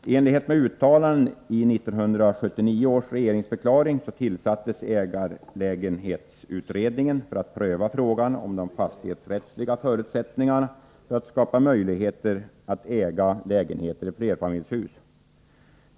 I enlighet med uttalanden i 1979 års regeringsförklaring tillsattes ägarlägenhetsutredningen för att pröva frågan om de fastighetsrättsliga förutsättningarna för att skapa möjligheter att äga lägenheter i flerfamiljshus.